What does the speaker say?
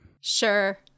Sure